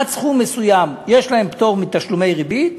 עד סכום מסוים יש להם פטור מתשלומי ריבית,